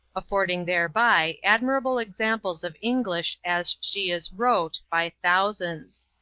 affording thereby admirable examples of english as she is wrote by thousands.